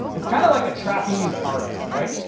it's kind of like a trapeze artist, right?